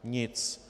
Nic.